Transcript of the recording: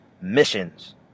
missions